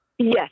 Yes